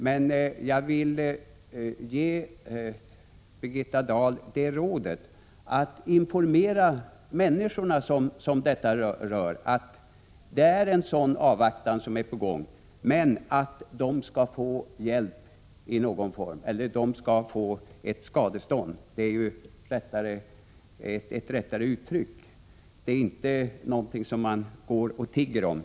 Men jag vill ge Birgitta Dahl rådet att informera de människor som berörs om att man avvaktar och att någonting är på gång, så att de skall få hjälp i någon form — ja, det är rättare att använda ordet skadestånd, för detta är inte någonting som människorna går och tigger om.